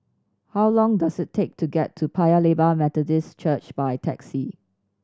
how long does it take to get to Paya Lebar Methodist Church by taxi